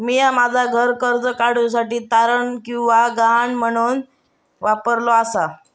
म्या माझा घर कर्ज काडुच्या साठी तारण किंवा गहाण म्हणून वापरलो आसा